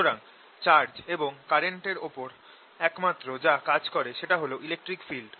সুতরাং চার্জ এবং কারেন্টের ওপর একমাত্র যা কাজ করে সেটা হল ইলেকট্রিক ফিল্ড